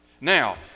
Now